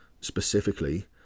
specifically